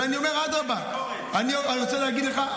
ואני אומר: אדרבה, אנחנו חלק, אין ביקורת.